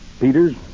Peters